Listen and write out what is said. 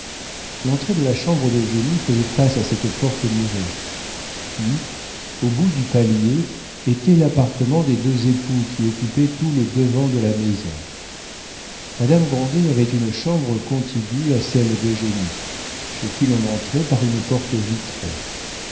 l'entrée de la chambre d'eugénie faisait face à cette porte murée puis au bout du palier était l'appartement des deux époux qui occupaient tout le devant de la maison madame grandet avait une chambre contiguë à celle d'eugénie chez qui l'on entrait par une porte vitrée